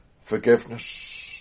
forgiveness